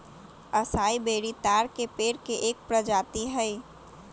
असाई बेरी ताड़ के पेड़ के एक प्रजाति हई